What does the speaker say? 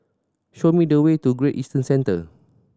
show me the way to Great Eastern Centre